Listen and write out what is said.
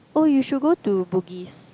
oh you should go to Bugis